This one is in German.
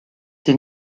die